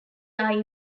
are